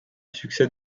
succès